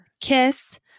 kiss